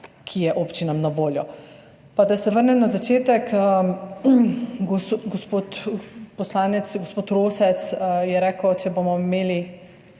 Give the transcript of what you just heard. ki je občinam na voljo. Naj se vrnem na začetek. Poslanec gospod Rosec je rekel, če bomo imeli